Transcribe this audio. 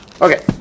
Okay